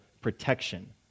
protection